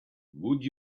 would